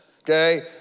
Okay